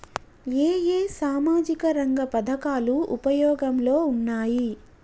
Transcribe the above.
ఏ ఏ సామాజిక రంగ పథకాలు ఉపయోగంలో ఉన్నాయి?